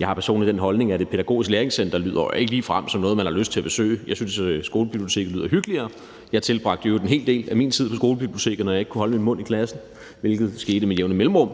Jeg har jo personligt den holdning, at et pædagogisk læringscenter ikke ligefrem lyder som noget, man har lyst til at besøge. Jeg synes, at »skolebibliotek« lyder hyggeligere. Jeg tilbragte i øvrigt en hel del af min tid på skolebiblioteket, når jeg ikke kunne holde min mund i klassen, hvilket skete med jævne mellemrum.